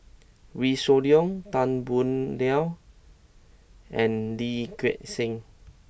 Wee Shoo Leong Tan Boo Liat and Lee Gek Seng